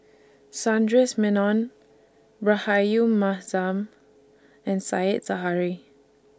Sundaresh Menon Rahayu Mahzam and Said Zahari